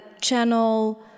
channel